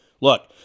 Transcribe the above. Look